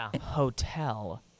hotel